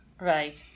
right